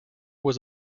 was